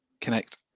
connect